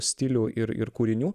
stilių ir ir kūrinių